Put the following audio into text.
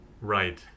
right